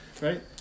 Right